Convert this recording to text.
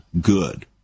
good